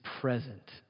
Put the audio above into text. present